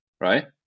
right